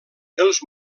els